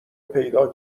پیدا